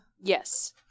Yes